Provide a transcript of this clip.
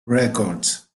records